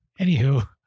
anywho